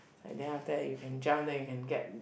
then after that you can jump then you can get